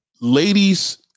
Ladies